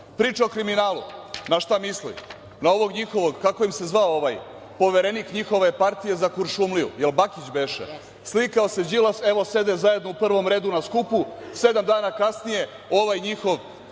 o kriminalu. Na šta misli? Na ovog njihovog, kako im se zvao ovaj, poverenik njihove partije za Kuršumliju, jel Bakić beše, slikao se Đilas, evo sede zajedno u prvom redu na skupu, a sedam dana kasnije ovaj njihov